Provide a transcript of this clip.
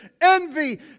envy